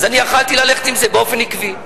אז יכולתי ללכת עם זה באופן עקבי,